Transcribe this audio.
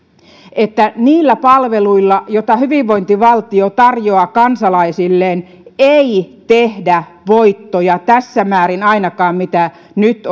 että niillä palveluilla joita hyvinvointivaltio tarjoaa kansalaisilleen ei tehdä voittoja ainakaan tässä määrin mitä nyt